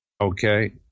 Okay